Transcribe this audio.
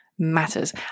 matters